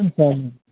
तीन सओमे